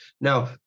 Now